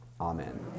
amen